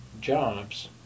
jobs